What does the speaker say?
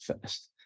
first